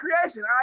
creation